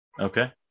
Okay